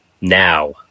Now